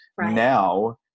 Now